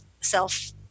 self